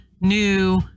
new